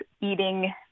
eating